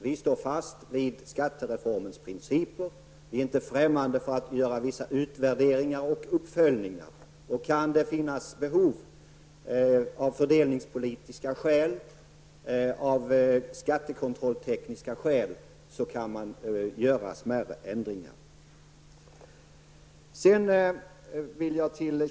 Vi står fast vid skattereformens principer. Vi är inte främmande för att göra vissa utvärderingar och uppföljningar. Om det av fördelningspolitiska eller skattekontrolltekniska skäl finns behov av det kan man göra smärre ändringar.